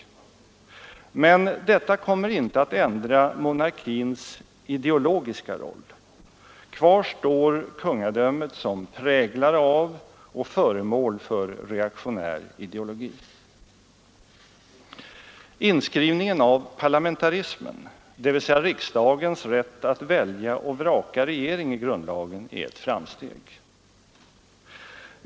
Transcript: Men detta kommer inte att ändra monarkins ideologiska roll. Kvar står kungadömet som präglare av och föremål för reaktionär ideologi. Inskrivningen i grundlagen av parlamentarismen, dvs. riksdagens rätt att välja och vraka regering, är ett framsteg.